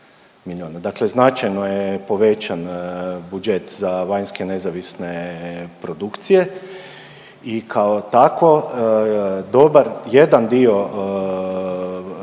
Dakle značajno je povećan budžet za vanjske nezavisne produkcije i kao tako dobar jedan dio